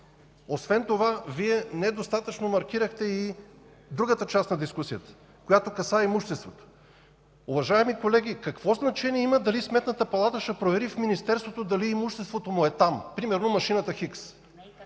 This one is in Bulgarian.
5 милиарда. Вие недостатъчно маркирахте и другата част на дискусията, която касае имуществото. Уважаеми колеги, какво значение има дали Сметната палата ще провери в Министерството дали имуществото му е там, примерно машината хикс?